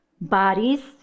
bodies